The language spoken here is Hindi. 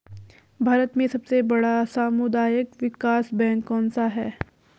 भारत में सबसे बड़ा सामुदायिक विकास बैंक कौनसा है?